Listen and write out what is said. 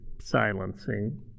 silencing